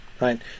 right